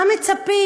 מה מצפים?